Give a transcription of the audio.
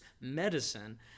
medicine